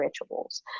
rituals